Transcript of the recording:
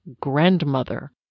grandmother